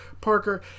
Parker